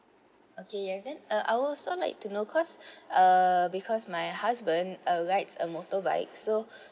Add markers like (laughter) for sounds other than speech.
okay yes then uh I would also like to know cause (breath) uh because my husband uh likes a motorbike so (breath)